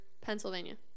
Pennsylvania